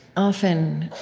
often